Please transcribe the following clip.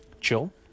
chill